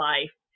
Life